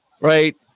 right